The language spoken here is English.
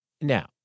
Now